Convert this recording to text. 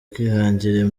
kwihangira